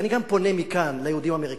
ואני גם פונה מכאן ליהודים האמריקנים,